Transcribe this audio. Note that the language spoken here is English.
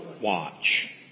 watch